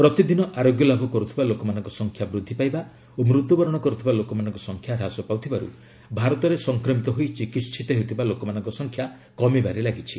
ପ୍ରତିଦିନ ଆରୋଗ୍ୟ ଲାଭ କରୁଥିବା ଲୋକମାନଙ୍କ ସଂଖ୍ୟା ବୃଦ୍ଧି ପାଇବା ଓ ମୃତ୍ୟୁବରଣ କରୁଥିବା ଲୋକମାନଙ୍କ ସଂଖ୍ୟା ହ୍ରାସ ପାଉଥିବାରୁ ଭାରତରେ ସଂକ୍ରମିତ ହୋଇ ଚିକିହିତ ହେଉଥିବା ଲୋକମାନଙ୍କ ସଂଖ୍ୟା କମିବାରେ ଲାଗିଛି